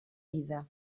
vida